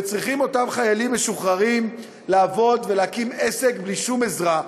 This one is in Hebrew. ואותם חיילים משוחררים צריכים לעבוד ולהקים עסק בלי שום עזרה,